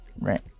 Right